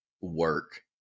work